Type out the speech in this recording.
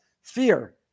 fear